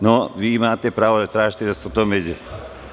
No, vi imate pravo da tražite i da se o tome izjasnimo.